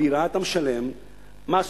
אתה משלם מס,